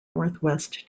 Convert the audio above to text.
northwest